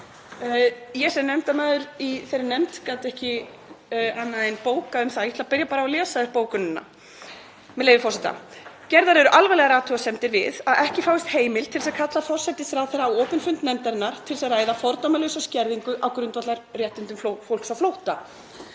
Ég sem nefndarmaður í þeirri nefnd gat ekki annað en bókað um það. Ég ætla að byrja á því að lesa upp bókunina, með leyfi forseta: „Gerðar eru alvarlegar athugasemdir við að ekki fáist heimild til þess að kalla forætisráðherra á opinn fund nefndarinnar til þess að ræða fordæmalausa skerðingu á grundvallarréttindum fólks á flótta.